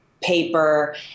paper